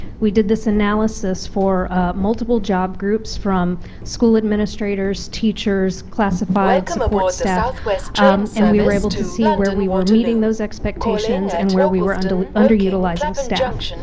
we did this analysis for multiple job groups from school administrators, teachers, classified support staff and we were able to see where we were meeting those expectations and where we were and like under utilizing staff.